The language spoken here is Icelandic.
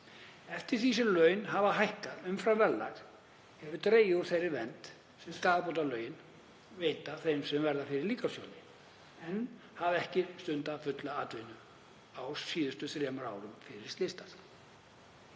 Eftir því sem laun hafa hækkað umfram verðlag hefur dregið úr þeirri vernd sem skaðabótalögin veita þeim sem verða fyrir líkamstjóni en hafa ekki stundað fulla atvinnu á síðustu þremur árum fyrir slysdag.